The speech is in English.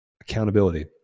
accountability